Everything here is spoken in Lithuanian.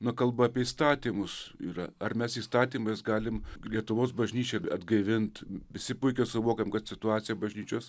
na kalba apie įstatymus yra ar mes įstatymais galim lietuvos bažnyčią atgaivint visi puikiai suvokiam kad situacija bažnyčios